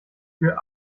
für